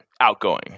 outgoing